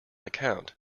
account